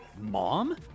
Mom